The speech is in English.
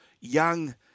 Young